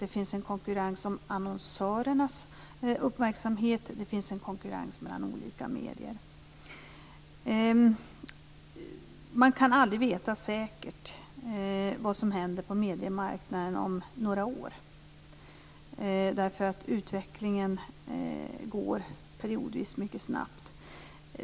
Det finns en konkurrens om annonsörernas uppmärksamhet. Det finns en konkurrens mellan olika medier. Man kan aldrig veta säkert vad som händer på mediemarknaden om några år. Utvecklingen går periodvis mycket snabbt.